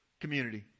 community